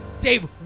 Dave